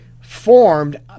formed